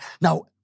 Now